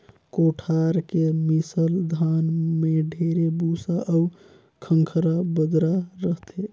कोठार के मिसल धान में ढेरे भूसा अउ खंखरा बदरा रहथे